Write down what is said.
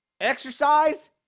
exercise